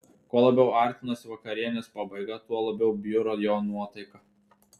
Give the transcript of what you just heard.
kuo labiau artinosi vakarienės pabaiga tuo labiau bjuro jo nuotaika